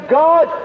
god